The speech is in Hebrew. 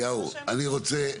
אליהו אני רוצה,